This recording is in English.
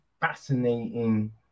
fascinating